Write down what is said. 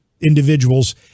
individuals